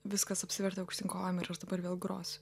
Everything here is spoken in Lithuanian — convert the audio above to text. viskas apsivertė aukštyn kojom ir aš dabar vėl grosiu